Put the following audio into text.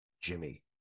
Jimmy